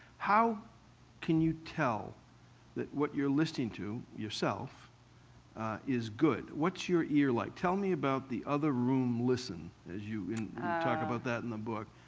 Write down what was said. how can you tell that what you're listening to yourself is good? what's your ear like? tell me about the other-room-listen, as you talk about that in the book.